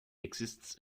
exists